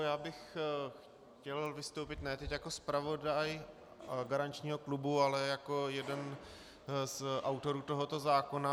Já bych chtěl vystoupit ne teď jako zpravodaj garančního klubu, ale jako jeden z autorů tohoto zákona.